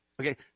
Okay